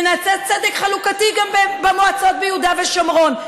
ונעשה צדק חלוקתי גם במועצות ביהודה ושומרון,